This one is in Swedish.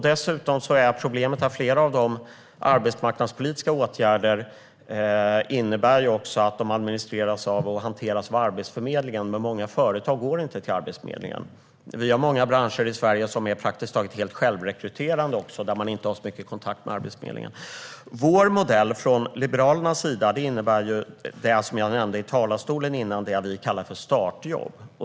Dessutom är problemet att flera av de arbetsmarknadspolitiska åtgärderna också administreras och hanteras av Arbetsförmedlingen, men många företag går inte till Arbetsförmedlingen. Vi har många branscher i Sverige som är praktiskt taget helt självrekryterande där man inte har så mycket kontakt med Arbetsförmedlingen. Liberalernas modell innebär det som jag nämnde i talarstolen innan, nämligen det vi kallar för startjobb.